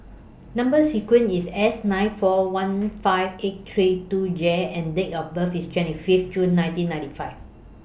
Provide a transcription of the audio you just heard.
Number sequence IS S nine four one five eight three two J and Date of birth IS twenty five June nineteen ninety five